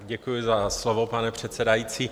Děkuji za slovo, pane předsedající.